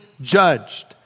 judged